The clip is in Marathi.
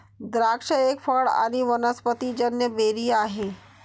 द्राक्ष एक फळ आणी वनस्पतिजन्य बेरी आहे